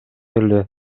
эле